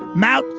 mount,